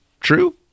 true